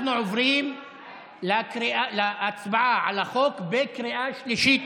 אנחנו עוברים להצבעה על החוק בקריאה שלישית,